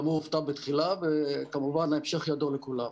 גם הוא הופתע בתחילה וכמובן ההמשך ידוע לכולם.